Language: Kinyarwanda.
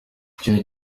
ikintu